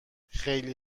خیلی